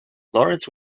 lawrence